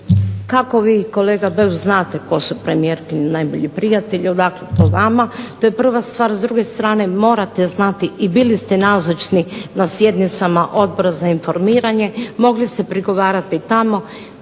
Kako vi kolega Beus znate tko su premijerkini najbolji prijatelji, odakle to vama. To je prva stvar. S druge strane morate znati i bili ste nazočni na sjednicama Odbora za informiranje. Mogli ste prigovarati tamo.